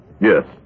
Yes